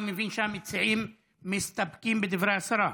אני מבין שהמציעים מסתפקים בדברי השרה?